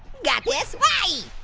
got this, hey!